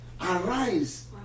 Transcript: arise